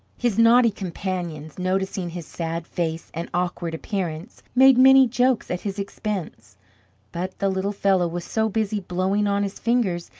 his naughty companions noticing his sad face and awkward appearance, made many jokes at his expense but the little fellow was so busy blowing on his fingers,